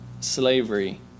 slavery